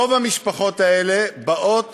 רוב המשפחות האלה באות